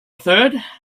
third